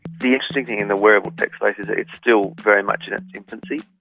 the interesting thing in the wearable tech space is that it's still very much in its infancy.